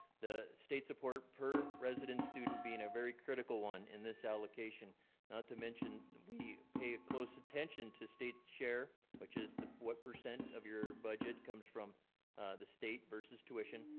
the state support per resident student being a very critical one in this allocation. not to mention we pay a close attention to state's share, which is what percent of your budget comes from the state versus tuition,